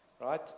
right